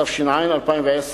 התש"ע 2010,